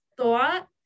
thought